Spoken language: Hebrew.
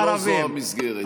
אבל לא זו המסגרת.